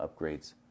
upgrades